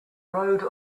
rode